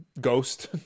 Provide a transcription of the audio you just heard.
ghost